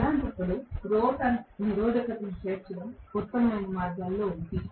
అలాంటప్పుడు రోటర్ నిరోధకతను చేర్చడం ఉత్తమమైన మార్గాలలో ఒకటి